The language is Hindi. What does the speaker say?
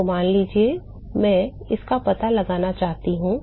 तो मान लीजिए मैं इसका पता लगाना चाहता हूं